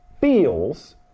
feels